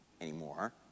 anymore